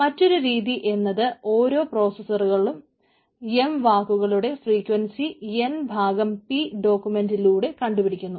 മറ്റൊരു രീതി എന്നത് ഓരോ പ്രോസസറുകളും എം വാക്കുകളുടെ ഫ്രീക്വൻസി എൻ ഭാഗം പി ഡോക്യൂമെന്റുകളിലൂടെ കണ്ടു പിടിക്കുന്നു